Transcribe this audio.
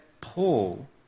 Paul